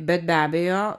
bet be abejo